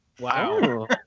Wow